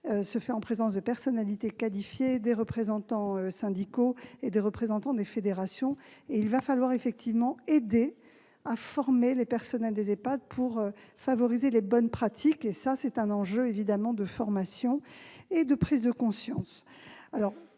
bientraitance réunit des personnalités qualifiées, des représentants syndicaux et des représentants des fédérations. Il faudra effectivement aider à former le personnel des EHPAD pour favoriser les bonnes pratiques, c'est donc un enjeu de formation et de prise de conscience.